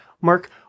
mark